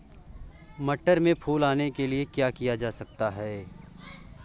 मटर में फूल आने के लिए क्या किया जा सकता है?